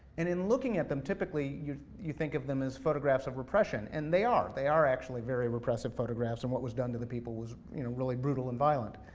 and in looking at them, typically, you you think of them as photographs of repression, and they are, they are actually very repressive photographs, and what was done to the people was really brutal and violent.